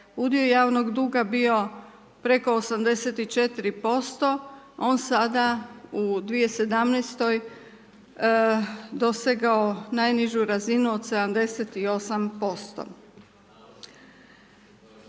udio javnog duga bio preko 84% on sada u 2017. dosegao najnižu razinu od 78%.